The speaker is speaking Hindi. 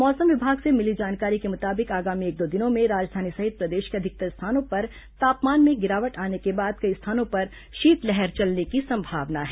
मौसम विभाग से मिली जानकारी के मुताबिक आगामी एक दो दिनों में राजधानी सहित प्रदेश के अधिकतर स्थानों पर तापमान में गिरावट आने के बाद कई स्थानों पर शीतलहर चलने की संभावना है